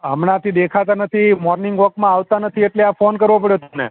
હમણાથી દેખાતા નથી મોર્નિંગ વોકમાં આવતા નથી એટલે આ ફોન કરવો પડ્યો તમને